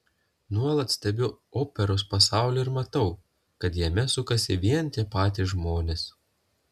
nuolat stebiu operos pasaulį ir matau kad jame sukasi vien tie patys žmonės